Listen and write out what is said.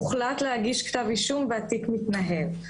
הוחלט להגיש כתב אישום והתיק מתנהל.